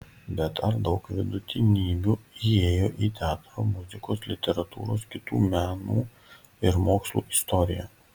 bet ar daug vidutinybių įėjo į teatro muzikos literatūros kitų menų ir mokslų istoriją